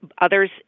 Others